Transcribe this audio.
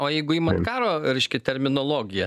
o jeigu imat karo reiškia terminologiją